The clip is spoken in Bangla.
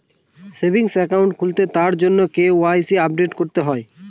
সেভিংস একাউন্ট খুললে তার জন্য কে.ওয়াই.সি আপডেট করতে হয়